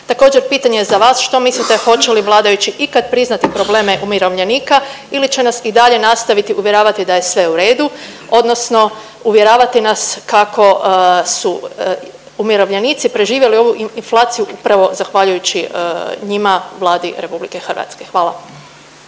Također pitanje za vas, što mislite hoće li vladajući ikad priznati probleme umirovljenika ili će nas i dalje nastaviti uvjeravati da je sve u redu odnosno uvjeravati nas kako su umirovljenici preživjeli ovu inflaciju upravo zahvaljujući njima Vladi RH? Hvala.